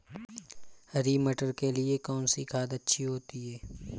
हरी मटर के लिए कौन सी खाद अच्छी होती है?